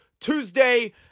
Tuesday